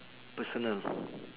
personal